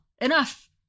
Enough